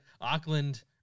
Auckland